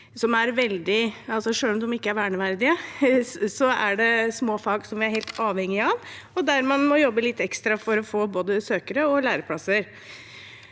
selv om de ikke er verneverdige, er det noen små fag vi er helt avhengige av, og der man må jobbe litt ekstra for å få både søkere og læreplasser.